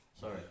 Sorry